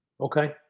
Okay